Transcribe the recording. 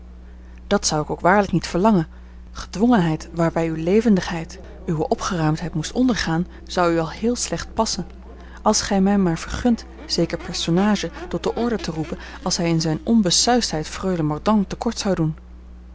dat zou ik ook waarlijk niet verlangen gedwongenheid waarbij uwe levendigheid uwe opgeruimdheid moest ondergaan zou u al heel slecht passen als gij mij maar vergunt zeker personage tot de orde te roepen als hij in zijne onbesuisdheid freule mordaunt te kort zou doen